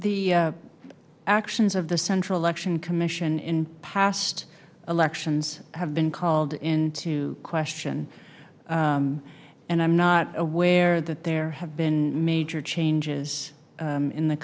the actions of the central election commission in past elections have been called into question and i'm not aware that there have been major changes in the